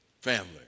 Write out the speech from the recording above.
family